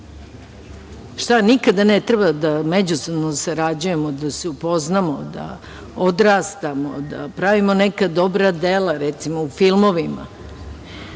Šta, nikada ne treba da međusobno sarađujemo, da se upoznamo, da odrastamo, da pravimo neka dobra dela, recimo u filmovima?